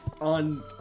on